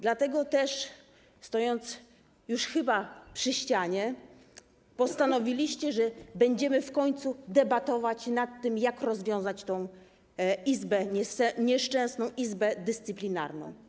Dlatego też, stojąc już chyba przy ścianie, postanowiliście, że będziemy w końcu debatować nad tym, jak rozwiązać tę nieszczęsną Izbę Dyscyplinarną.